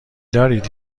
دارید